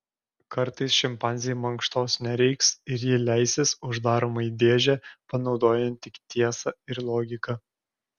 kartais šimpanzei mankštos nereiks ir ji leisis uždaroma į dėžę panaudojant tik tiesą ir logiką